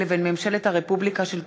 שולי מועלם-רפאלי ויעקב אשר,